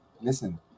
listen